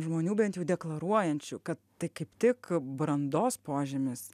žmonių bent jau deklaruojančių kad tai kaip tik brandos požymis